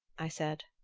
i said.